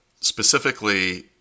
specifically